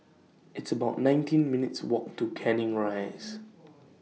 It's about nineteen minutes' Walk to Canning Rise